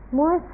more